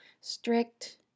strict